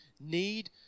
need